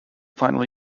final